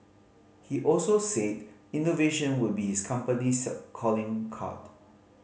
he also said innovation would be his company's calling card